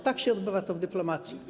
Tak się odbywa to w dyplomacji.